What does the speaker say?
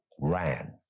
ran